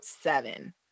seven